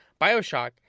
bioshock